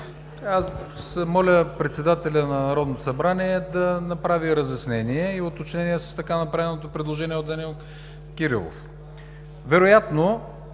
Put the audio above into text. се моля председателят на Народното събрание да направи разяснение и уточнение с така направеното предложение от народния